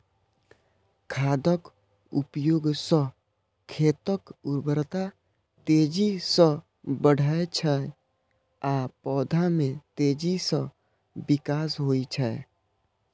खादक उपयोग सं खेतक उर्वरता तेजी सं बढ़ै छै आ पौधा मे तेजी सं विकास होइ छै